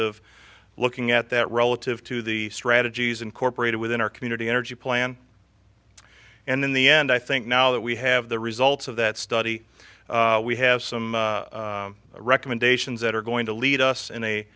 of looking at that relative to the strategies incorporated within our community energy plan and in the end i think now that we have the results of that study we have some recommendations that are going to lead us in a